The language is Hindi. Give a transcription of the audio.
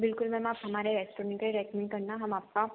बिल्कुल मैम आप हमारे रेस्टोरेंट का ही रेकमेंड करना हम आपका